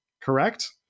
Correct